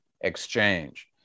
exchange